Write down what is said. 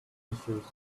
issues